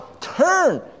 Turn